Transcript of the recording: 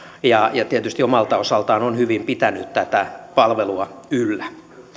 ja ja tietysti omalta osaltaan on hyvin pitänyt tätä palvelua yllä